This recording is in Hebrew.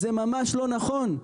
זה ממש לא נכון.